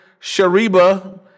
Shariba